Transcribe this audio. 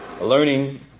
learning